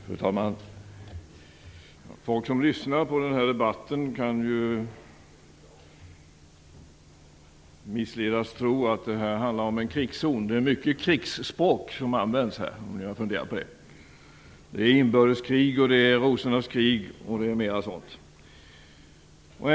Fru talman! Folk som lyssnar på den här debatten kan missledas att tro att detta handlar om en krigszon. Det är många krigstermer som används här: inbördeskrig, rosornas krig osv.